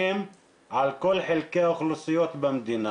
אם הכמות היא כמה מאות אחוזים של פניות,